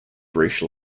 racial